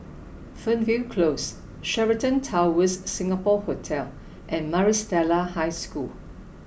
Fernvale Close Sheraton Towers Singapore Hotel and Maris Stella High School